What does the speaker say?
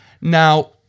Now